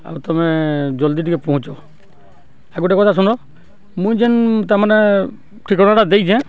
ଆଉ ତୁମେ ଜଲ୍ଦି ଟିକେ ପହଞ୍ଚ ଆଉ ଗୋଟେ କଥା ଶୁଣ ମୁଇଁ ଯେନ୍ ତା'ମାନେ ଠିକଣାଟା ଦେଇଛେଁ